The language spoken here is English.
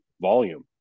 volume